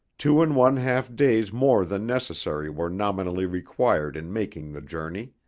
two and one half days more than necessary were nominally-required in making the journey.